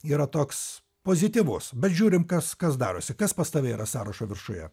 yra toks pozityvus bet žiūrim kas kas darosi kas pas tave yra sąrašo viršuje